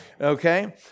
okay